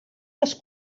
les